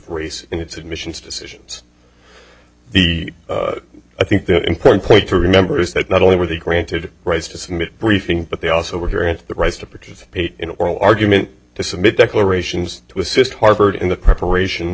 race in its admissions decisions the i think the important point to remember is that not only were they granted rights to submit briefing but they also were here in the rights to participate in oral argument to submit declarations to assist harvard in the preparation